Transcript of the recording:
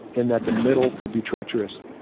and that the middle could be treacherous.